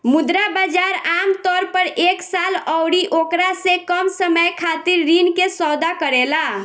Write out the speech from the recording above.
मुद्रा बाजार आमतौर पर एक साल अउरी ओकरा से कम समय खातिर ऋण के सौदा करेला